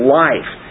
life